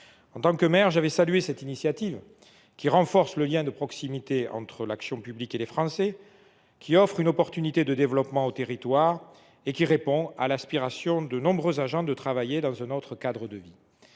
En tant que maire, j’avais salué cette initiative qui renforçait le lien de proximité entre l’action publique et les Français, offrait une opportunité de développement aux territoires et répondait à l’aspiration de nombreux agents de travailler dans un autre cadre de vie.